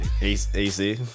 AC